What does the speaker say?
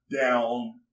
down